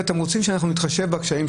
מאז קום המדינה זה לא